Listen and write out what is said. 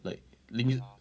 like lin~